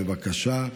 בבקשה.